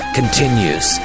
continues